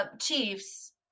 chiefs